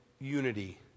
unity